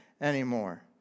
anymore